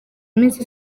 iminsi